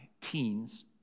teens